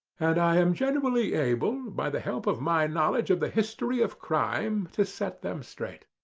and i am generally able, by the help of my knowledge of the history of crime, to set them straight.